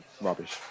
rubbish